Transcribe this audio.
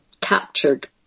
captured